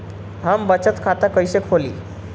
हम बचत खाता कईसे खोली?